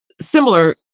similar